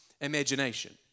Imagination